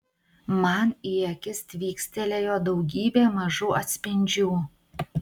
man į akis tvykstelėjo daugybė mažų atspindžių